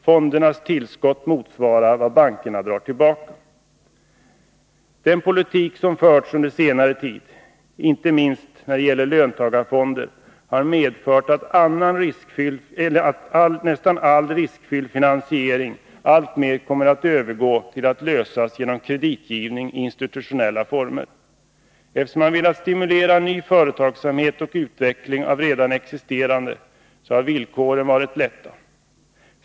Fondernas tillskott motsvarar vad bankerna drar tillbaka. Den politik som har förts under senare tid — inte minst när det gäller löntagarfonderna — har medfört att nästan all riskfylld finansiering alltmer kommer att övergå till att lösas genom kreditgivning i institutionella former. Eftersom man har velat stimulera ny företagsamhet och utveckling av redan existerande, har villkoren varit lätta.